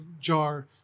jar